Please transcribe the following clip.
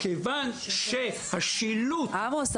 מכיוון שהשילוט --- עמוס,